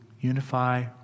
unify